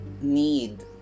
need